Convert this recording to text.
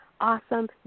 awesome